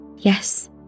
Yes